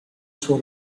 suo